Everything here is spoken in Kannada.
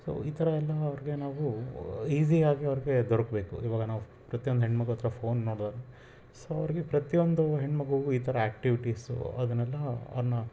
ಸೊ ಈ ಥರ ಎಲ್ಲ ಅವ್ರಿಗೆ ನಾವು ಈಸಿ ಆಗಿ ಅವ್ರಿಗೆ ದೊರಕಬೇಕು ಇವಾಗ ನಾವು ಪ್ರತಿಯೊಂದು ಹೆಣ್ಣು ಮಗು ಹತ್ತಿರ ಫೋನ್ ನೋಡಿದಾಗ ಸೊ ಅವ್ರಿಗೆ ಪ್ರತಿಯೊಂದು ಹೆಣ್ಣು ಮಗೂಗು ಈ ಥರ ಆ್ಯಕ್ಟಿವಿಟೀಸು ಅದನ್ನೆಲ್ಲ ಅವ್ರನ್ನ